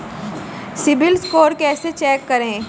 CIBIL score कैसे check करें?